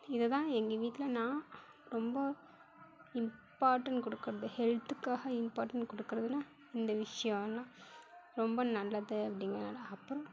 இதை தான் எங்கள் வீட்டில் நான் ரொம்ப இம்பார்ட்டண்ட் கொடுக்கறது ஹெல்த்துக்காக இம்பார்ட்டண்ட் கொடுக்கறதுனா இந்த விஷயம்லாம் ரொம்ப நல்லது அப்படிங்கிறனால அப்புறம்